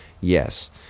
Yes